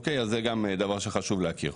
זה גם דבר שחשוב להכיר.